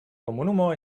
komunumo